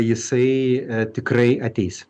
jisai tikrai ateis